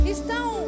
Estão